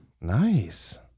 Nice